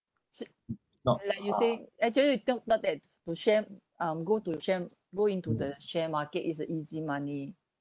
like you said actually you jump not that to share um go to share go into the share market is a easy money